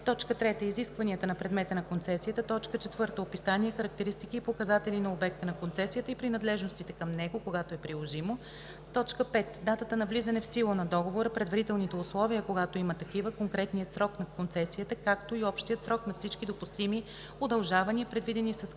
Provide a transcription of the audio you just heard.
3. изискванията на предмета на концесията; 4. описание, характеристики и показатели на обекта на концесията и принадлежностите към него, когато е приложимо; 5. датата на влизане в сила на договора, предварителните условия, когато има такива, конкретния срок на концесията, както и общия срок на всички допустими удължавания, предвидени с клауза